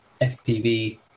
FPV